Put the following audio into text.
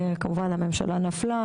כמובן, הממשלה נפלה.